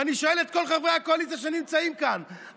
ואני שואל את כל חברי הקואליציה שנמצאים כאן,